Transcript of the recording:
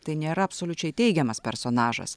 tai nėra absoliučiai teigiamas personažas